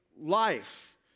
life